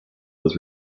was